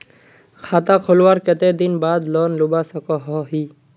खाता खोलवार कते दिन बाद लोन लुबा सकोहो ही?